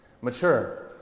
Mature